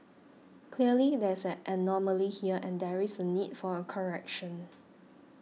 clearly there is an anomaly here and there is a need for a correction